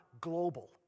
global